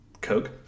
Coke